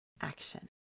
Action